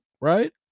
right